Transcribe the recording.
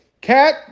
Cat